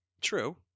true